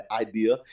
idea